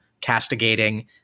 castigating